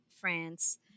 France